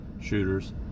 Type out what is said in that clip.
shooters